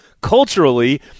culturally